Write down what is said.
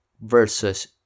versus